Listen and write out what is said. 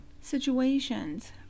situations